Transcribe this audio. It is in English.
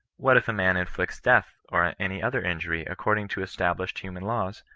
what if a man inflicts death or any other injury, according to established human laws,